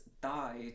died